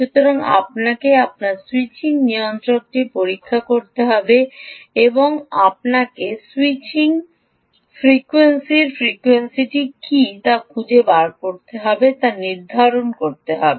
সুতরাং আপনাকে আপনার স্যুইচিং নিয়ন্ত্রকটি পরীক্ষা করতে হবে এবং আপনাকে স্যুইচিং ফ্রিকোয়েন্সিটির ফ্রিকোয়েন্সিটি কী তা খুঁজে বের করতে হবে তা নির্ধারণ করতে হবে